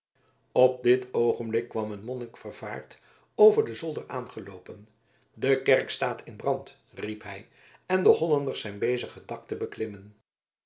op dit oogenblik kwam een monnik vervaard over den zolder aangeloopen de kerk staat in brand riep hij en de hollanders zijn bezig het dak te beklimmen